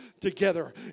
together